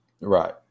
right